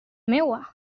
meua